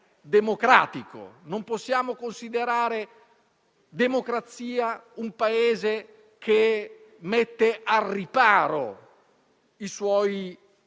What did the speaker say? democratico; non possiamo considerare democrazia un Paese che mette al riparo i suoi